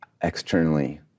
externally